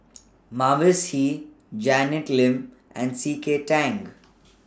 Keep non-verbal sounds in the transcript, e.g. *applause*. *noise* Mavis Hee Janet Lim and C K Tang